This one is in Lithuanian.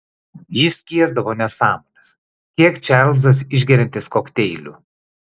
jis skiesdavo nesąmones kiek čarlzas išgeriantis kokteilių